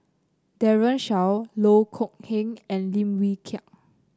Daren Shiau Loh Kok Heng and Lim Wee Kiak